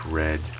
red